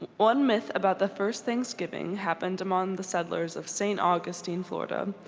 one myth about the first thanksgiving happened among the settlers of saint augustine, florida,